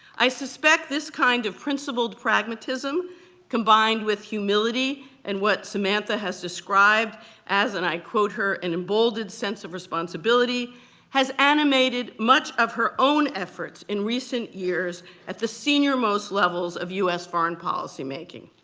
i suspect this kind of principled pragmatism combined with humility and what samantha has described as and i quote her an emboldened sense of responsibility has animated much of her own efforts in recent years at the senior-most levels of us foreign policy making.